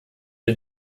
den